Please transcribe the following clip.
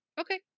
Okay